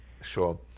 Sure